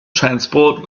transport